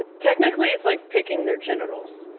ah technically, it's like picking their genitals.